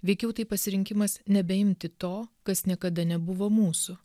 veikiau tai pasirinkimas nebeimti to kas niekada nebuvo mūsų